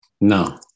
No